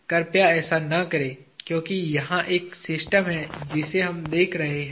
कृपया ऐसा न करें क्योंकि यहा एक सिस्टम है जिसे हम देख रहे हैं